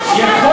פראוור.